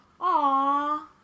Aw